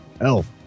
Elf